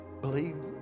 believe